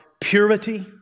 purity